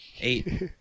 eight